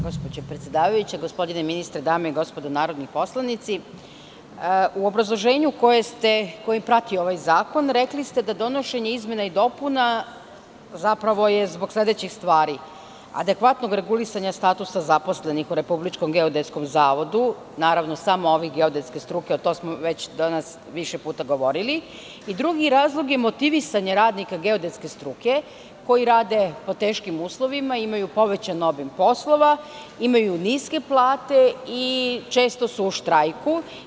Gospođo predsedavajuća, gospodine ministre, dame i gospodo narodni poslanici, u obrazloženju koje prati ovaj zakon rekli ste da je donošenje izmena i dopuna zapravo zbog sledećih stvari - adekvatnog regulisanja statusa zaposlenih u Republičkom geodetskom zavodu, naravno, samo ovih geodetske struke, a to smo već danas više puta govorili i drugi razlog je motivisanje radnika geodetske struke koji rade pod teškim uslovima, imaju povećan obim poslova, imaju niske plate i često su u štrajku.